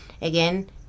again